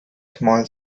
small